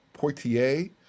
Poitier